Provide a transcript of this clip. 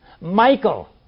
Michael